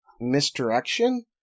misdirection